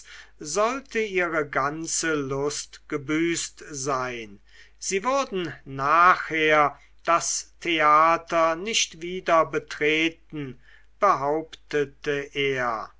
sollte ihre ganze lust gebüßt sein sie würden nachher das theater nicht wieder betreten behauptete er